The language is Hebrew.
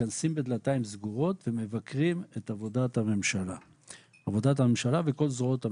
מתכנסים בדלתיים סגורות ומבקרים את עבודת הממשלה וכל זרועות הממשלה.